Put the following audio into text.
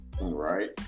Right